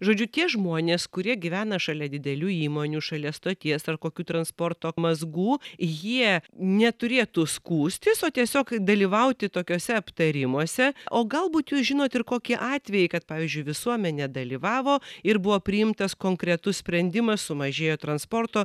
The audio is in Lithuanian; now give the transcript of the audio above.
žodžiu tie žmonės kurie gyvena šalia didelių įmonių šalia stoties ar kokių transporto mazgų jie neturėtų skųstis o tiesiog dalyvauti tokiuose aptarimuose o galbūt jūs žinot ir kokie atvejai kad pavyzdžiui visuomenė dalyvavo ir buvo priimtas konkretus sprendimas sumažėjo transporto